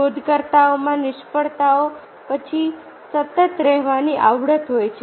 શોધકર્તાઓમાં નિષ્ફળતાઓ પછી સતત રહેવાની આવડત હોય છે